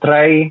Try